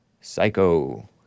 Psycho